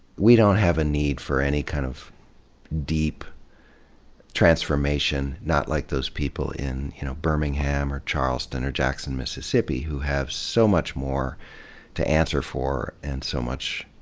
we don't have a need for any kind of deep transformation. not like those people in, you know, birmingham or charleston or jackson, mississippi, who have so much more to answer for and so much,